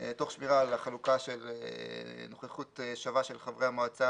תוך שמירה על החלוקה של נוכחות שווה של חברי